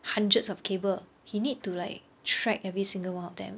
hundreds of cable he need to like track every single one of them